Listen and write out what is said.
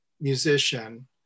musician